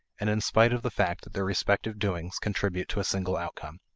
and in spite of the fact that their respective doings contribute to a single outcome.